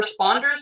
responders